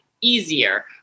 easier